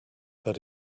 but